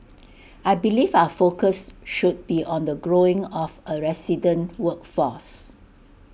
I believe our focus should be on the growing of A resident workforce